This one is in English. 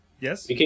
Yes